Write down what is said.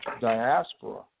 Diaspora